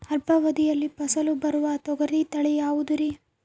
ಅಲ್ಪಾವಧಿಯಲ್ಲಿ ಫಸಲು ಬರುವ ತೊಗರಿ ತಳಿ ಯಾವುದುರಿ?